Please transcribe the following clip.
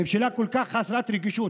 ממשלה כל כך חסרת רגישות,